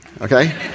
okay